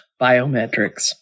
biometrics